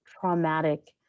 traumatic